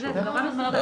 זה נורא מסובך.